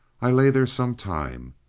i lay there some time.